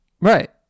Right